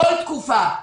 כל תקופה,